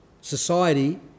Society